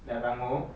dah langah